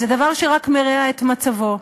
זה דבר שרק מרע את מצבו.